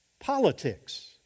politics